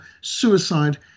suicide